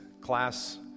class